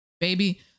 baby